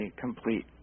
complete